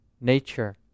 nature